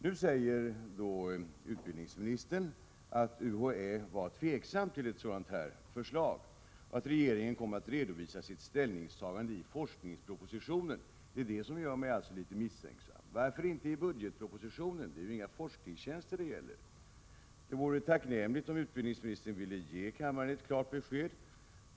Nu säger utbildningsministern att UHÄ var tveksamt till ett sådant förslag och att regeringen kommer att redovisa sitt ställningstagande i forskningspropositionen. Det är detta som gör mig misstänksam. Varför inte i budgetpropositionen? Det är ju inga forskningstjänster det handlar om. Det vore tacknämligt om utbildningsministern ville ge kammaren ett klart besked.